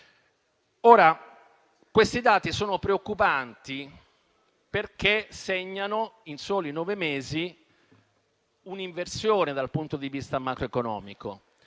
Questi dati sono preoccupanti perché in soli nove mesi segnano un'inversione dal punto di vista macroeconomico: